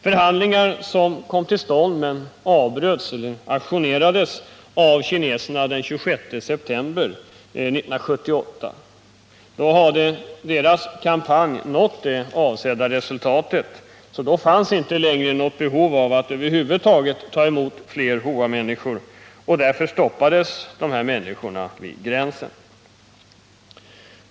Förhandlingar kom till stånd men avbröts — ajournerades — av kineserna den 26 september 1978. Då hade deras kampanj nått det avsedda resultatet, så då fanns det inte längre något behov av att över huvud taget ta emot fler Hoamänniskor, och därför stoppades dessa av kineserna vid gränsövergångarna.